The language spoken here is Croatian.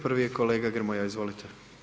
Prvi je kolega Grmoja, izvolite.